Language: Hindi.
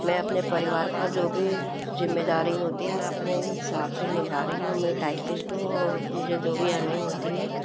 मैं अपने परिवार पर जो भी ज़िम्मेदारी होती है मैं अपने हिसाब से निभा रही हूँ में टाइपिष्ट हूँ और मुझे जो भी अर्निंग होती है